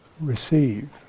receive